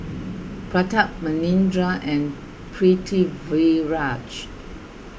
Pratap Manindra and Pritiviraj